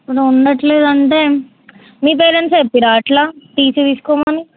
ఇప్పుడు నువ్వు ఉండట్లేదు అంటే మీ పేరెంట్స్ చెప్పిర్రా అట్లా టీసీ తీసుకోమని